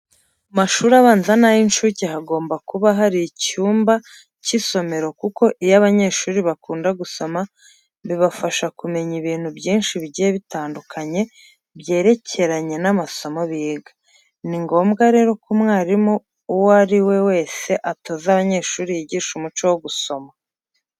Mu mashuri abanza n'ay'incuke hagomba kuba hari icyumba cy'isomero kuko iyo abanyeshuri bakunda gusoma bibafasha kumenya ibintu byinshi bigiye bitandukanye byerekeranye n'amasomo biga. Ni ngombwa rero ko umwarimu uwo ari we wese atoza abanyeshuri yigisha umuco wo gusoma.